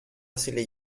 silly